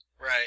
Right